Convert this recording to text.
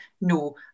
No